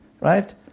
right